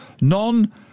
non